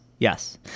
Yes